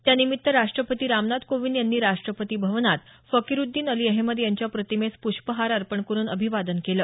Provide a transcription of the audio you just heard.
त्यानिमित्त राष्ट्रपती रामनाथ कोविंद यांनी राष्ट्रपती भवनात फकीरुद्दीन अली अहमद यांच्या प्रतिमेस पुष्पहार अर्पण करुन अभिवादन केलं